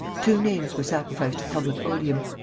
two names were sacrificed to public odium.